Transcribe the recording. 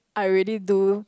I really do